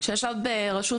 ישב ברשות